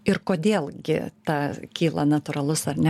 ir kodėl gi ta kyla natūralus ar ne